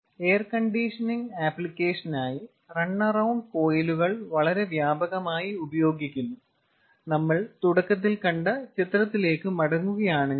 air conditioning ആപ്ലിക്കേഷനായി run around കോയിലുകൾ വളരെ വ്യാപകമായി ഉപയോഗിക്കുന്നു നമ്മൾ തുടക്കത്തിൽ കണ്ട ചിത്രത്തിലേക്ക് മടങ്ങുകയാണെങ്കിൽ